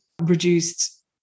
reduced